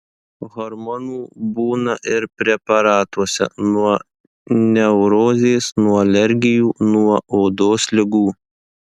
hormonų būna ir preparatuose nuo neurozės nuo alergijų nuo odos ligų